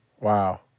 Wow